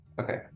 Okay